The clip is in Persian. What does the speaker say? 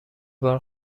بار